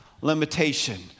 limitation